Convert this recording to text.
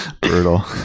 Brutal